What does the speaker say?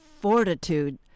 fortitude